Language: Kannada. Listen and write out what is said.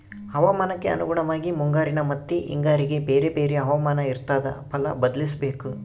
ಹವಾಮಾನಕ್ಕೆ ಅನುಗುಣವಾಗಿ ಮುಂಗಾರಿನ ಮತ್ತಿ ಹಿಂಗಾರಿಗೆ ಬೇರೆ ಬೇರೆ ಹವಾಮಾನ ಇರ್ತಾದ ಫಲ ಬದ್ಲಿಸಬೇಕು